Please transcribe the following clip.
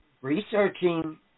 researching